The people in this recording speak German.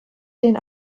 den